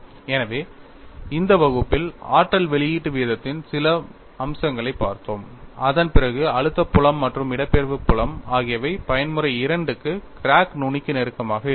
எனவே இந்த வகுப்பில் ஆற்றல் வெளியீட்டு வீதத்தின் சில அம்சங்களைப் பார்த்தோம் அதன்பிறகு அழுத்தம் புலம் மற்றும் இடப்பெயர்ச்சி புலம் ஆகியவை பயன்முறை II க்கு கிராக் நுனிக்கு நெருக்கமாக இருந்தன